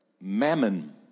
mammon